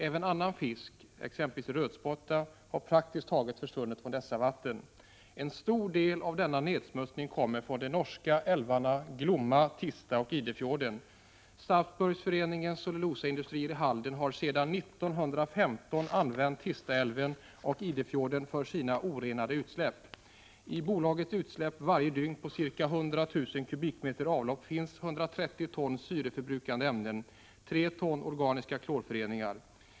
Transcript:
Även annan fisk, t.ex. rödspätta, har praktiskt taget försvunnit från dessa vatten. En stor del av denna nedsmutsning kommer från de norska älvarna Glomma, Tista och Idefjorden. Saugbruksforeningens cellulosaindustri i Halden har sedan 1915 använt Tistaälven och Idefjorden för sina orenade utsläpp. I bolagets utsläpp, ca 100 000 kubikmeter avlopp varje dygn, finns 130 ton syreförbrukande ämnen och 3 ton organiska klorföreningar.